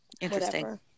Interesting